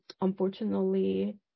unfortunately